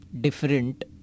different